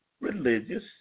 religious